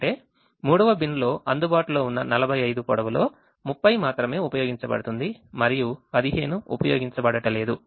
అంటే 3వ బిన్ లో అందుబాటులో ఉన్న 45 పొడవులో 30 మాత్రమే ఉపయోగించబడుతుంది మరియు 15 ఉపయోగించబడలేదు